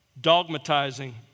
Dogmatizing